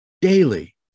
daily